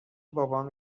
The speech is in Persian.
بابام